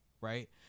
right